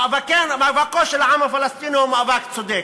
מאבקו של העם הפלסטיני הוא מאבק צודק.